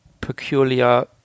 peculiar